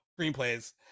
screenplays